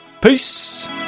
Peace